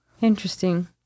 Interesting